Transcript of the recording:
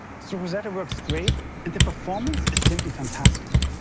so rosetta works great, and the performance is simply fantastic.